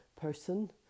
person